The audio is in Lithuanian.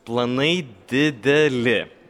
planai dideli